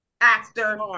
actor